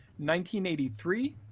1983